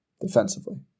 defensively